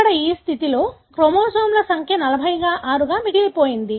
ఇక్కడ ఈ స్థితిలో క్రోమోజోమ్ సంఖ్య 46 గా మిగిలిపోయింది